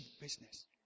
business